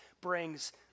brings